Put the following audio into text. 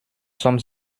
sommes